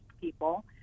people